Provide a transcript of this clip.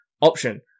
option